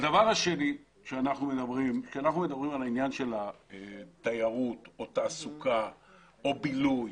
כאשר אנחנו מדברים על התיירות או תעסוקה או בילוי,